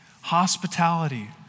hospitality